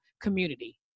community